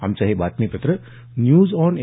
आमचं हे बातमीपत्र न्यूज आॅन ए